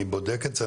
אני בודק את זה,